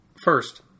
First